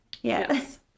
Yes